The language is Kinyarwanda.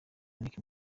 nicki